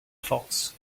faults